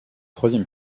troisième